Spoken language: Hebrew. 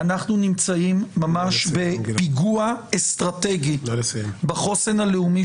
אנחנו נמצאים ממש בפיגוע אסטרטגי בחוסן הלאומי